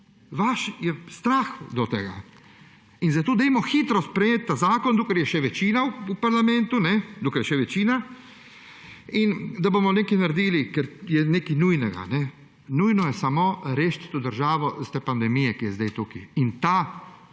Vas je strah tega in zato »dajmo hitro sprejeti ta zakon, dokler je še večina v parlamentu, dokler je še večina, da bomo nekaj naredili, ker je nekaj nujnega«. Nujno je samo rešiti to državo iz te pandemije, ki je zdaj tukaj. Ti